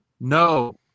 No